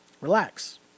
relax